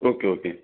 okay okay